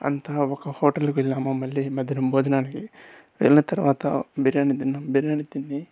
అంతా ఒక హోటల్కి వెళ్ళాము మళ్ళీ మధ్యాహ్నం భోజనానికి వెళ్లిన తర్వాత బిర్యానీ తిన్నాము బిర్యానీ తిని